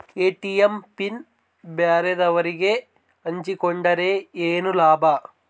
ATM PIN ಬ್ಯಾರೆದವರಗೆ ಹಂಚಿಕೊಂಡರೆ ಏನು ಲಾಭ?